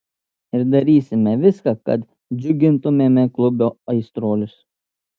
ir darysime viską kad džiugintumėme klubo aistruolius